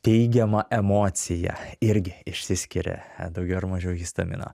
teigiamą emociją irgi išsiskiria daugiau ar mažiau histamino